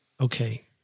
okay